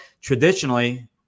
traditionally